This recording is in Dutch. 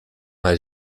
hij